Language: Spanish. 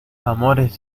amores